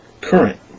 current